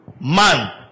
Man